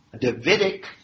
Davidic